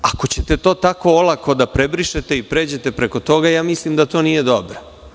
Ako ćete to tako olako da prebrišete i pređete preko toga, mislim da to nije dobro.